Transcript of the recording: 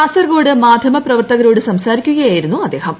കാസർഗോഡ് മാധ്യമ പ്രവർത്തകരോട് സംസാരിക്കുകയായിരുന്നു അദ്ദേഹം